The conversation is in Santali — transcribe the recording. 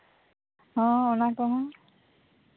ᱦᱚᱸ ᱚᱱᱟᱫᱚ